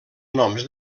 noms